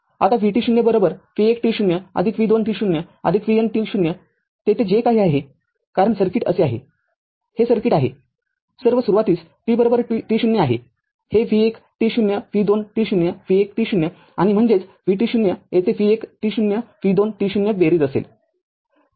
आता vt0 v१ t0 v२ t0 vn t0 तेथे जे काही आहे कारण सर्किट असे आहेहे सर्किट आहे सर्व सुरुवातीस t t0 आहे हे v १ t0 v२ t0 v १ t0 आणि म्हणजेच vt0 येथे v १ t0 v२ t0 बेरीज असेल